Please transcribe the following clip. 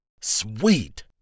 Sweet